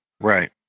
Right